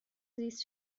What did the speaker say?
زیست